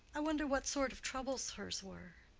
i wonder what sort of trouble hers were?